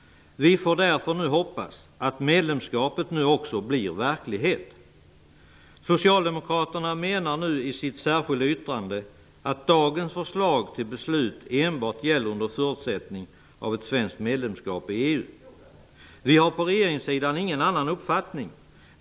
Vi får därför nu hoppas att medlemskapet nu också blir verklighet. Socialdemokraterna menar nu i sitt särskilda yttrande att dagens förslag till beslut enbart gäller under förutsättning av ett svenskt medlemskap i EU. Vi har på regeringssidan ingen annan uppfattning.